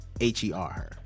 h-e-r